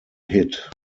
hit